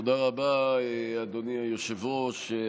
תודה רבה, אדוני היושב-ראש.